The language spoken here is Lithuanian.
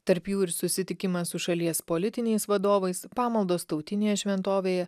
tarp jų ir susitikimas su šalies politiniais vadovais pamaldos tautinėje šventovėje